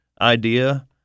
idea